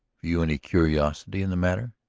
you any curiosity in the matter?